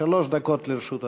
שלוש דקות לרשות אדוני.